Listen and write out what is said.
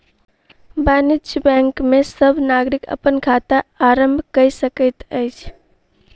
वाणिज्य बैंक में सब नागरिक अपन खाता आरम्भ कय सकैत अछि